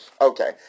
Okay